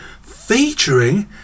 featuring